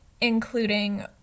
including